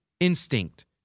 Instinct